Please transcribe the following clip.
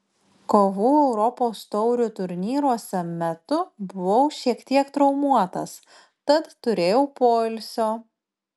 kovų europos taurių turnyruose metu buvau šiek tiek traumuotas tad turėjau poilsio